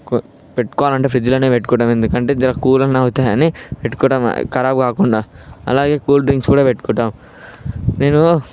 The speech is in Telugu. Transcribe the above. పెట్టుకోవలంటే ఫ్రిడ్జ్లోనే పెట్టుకుంటాం ఎందుకంటే జర కూలన్నా అవుతాయని పెట్టుకో ఖరాబ్ కాకుండా అలాగే కూల్ డ్రింక్స్ కూడా పెట్టుకుంటాం నేను